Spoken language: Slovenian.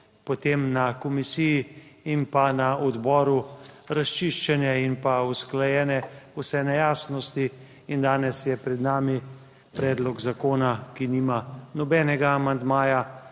potem na komisiji in pa na odboru razčiščene in pa usklajene vse nejasnosti in danes je pred nami predlog zakona, ki nima nobenega amandmaja,